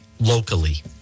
locally